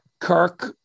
Kirk